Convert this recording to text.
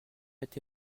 été